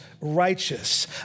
righteous